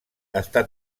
està